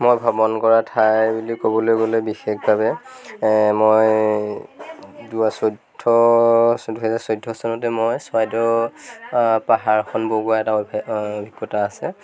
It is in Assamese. মই ভ্ৰমণ কৰা ঠাই বুলি ক'বলৈ গ'লে বিশেষভাৱে যোৱা চৈধ্য দুই হাজাৰ চৈধ্য চনতে মই চৰাইদেউ পাহাৰখন বগোৱাৰ এটা অভ্যাস অভিজ্ঞতা আছে